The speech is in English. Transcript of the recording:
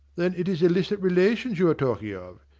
then it is illicit relations you are talking of!